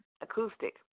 acoustic